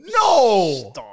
No